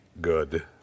good